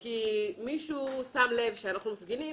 כי מישהו שם לב שאנחנו מפגינים.